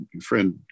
friend